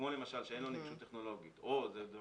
כמו למשל שאין לו נגישות טכנולוגית וכדומה,